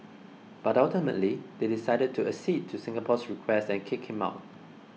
but ultimately they decided to accede to Singapore's request and kick him out